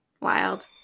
wild